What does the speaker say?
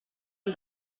amb